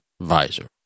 visor